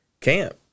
camp